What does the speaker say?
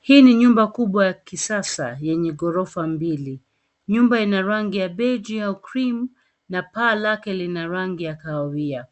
Hii ni nyumba kubwa ya kisasa yenye gorofa mbili. Nyumba ina rangi ya beige au cream na paa lake lina rangi ya kahawia.